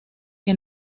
que